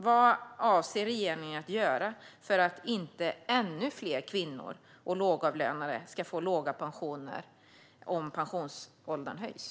Vad avser regeringen att göra för att inte ännu fler kvinnor och lågavlönade ska få låga pensioner om pensionsåldern höjs?